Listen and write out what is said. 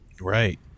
Right